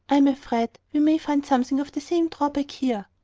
am afraid we may find something of the same drawback here.